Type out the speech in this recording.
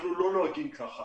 אנחנו לא נוהגים כך.